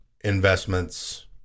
investments